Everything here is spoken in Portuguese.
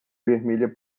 vermelha